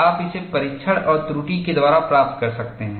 आप इसे परीक्षण और त्रुटि के द्वारा प्राप्त कर सकते हैं